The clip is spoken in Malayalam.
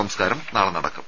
സംസ്കാരം നാളെ നടക്കും